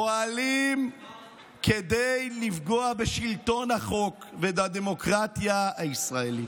פועלים כדי לפגוע בשלטון החוק ובדמוקרטיה הישראלית.